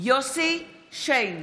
יוסי שיין,